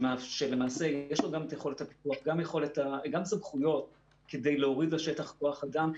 שלמעשה יש לו גם את יכולת הפיקוח וגם סמכויות כדי להוריד לשטח כוח אדם.